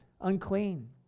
unclean